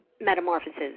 metamorphoses